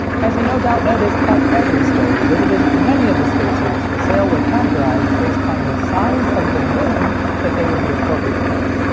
as you no doubt noticed, at every store we visited, many of the space heaters for sale were categorized based on the size of the room that they would be appropriate for.